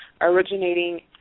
originating